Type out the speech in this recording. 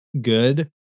good